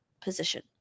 position